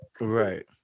Right